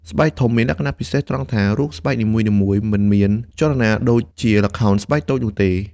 ស្បែកធំមានលក្ខណៈពិសេសត្រង់ថា រូបស្បែកនីមួយៗមិនមានចលនាដូចជាល្ខោនស្បែកតូចនោះទេ។